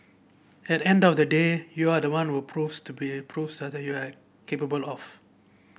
at the end of the day you are the one who proves to be proves what you are capable of